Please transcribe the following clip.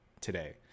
today